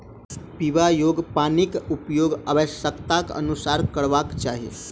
पीबा योग्य पानिक उपयोग आवश्यकताक अनुसारेँ करबाक चाही